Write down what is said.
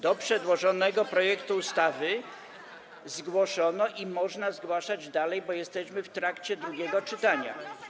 do przedłożonego projektu ustawy, zgłoszono i można zgłaszać dalej, bo jesteśmy w trakcie drugiego czytania.